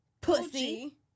Pussy